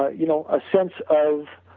ah you know a sense of